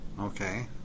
Okay